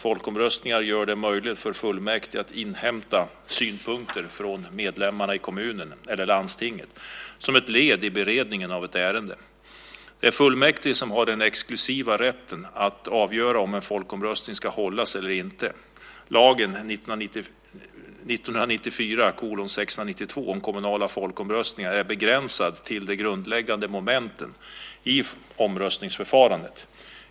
Folkomröstningar gör det möjligt för fullmäktige att inhämta synpunkter från medlemmarna i kommunen eller landstinget som ett led i beredningen av ett ärende. Det är fullmäktige som har den exklusiva rätten att avgöra om en folkomröstning ska hållas eller inte. Lagen om kommunala folkomröstningar är begränsad till de grundläggande momenten i omröstningsförfarandet.